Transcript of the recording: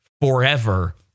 forever